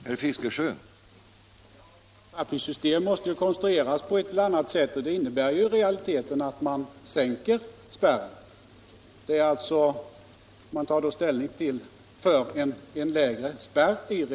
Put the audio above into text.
Herr talman! Ett avtrappningssystem måste ju konstrueras på ett eller annat sätt, och det innebär i realiteten att man sänker spärren. I själva verket tar man alltså ställning för en lägre spärr.